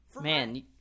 man